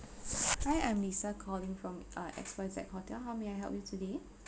hi I'm lisa calling from uh X Y Z hotel how may I help you today